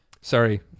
Sorry